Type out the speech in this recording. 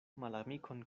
malamikon